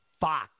Fox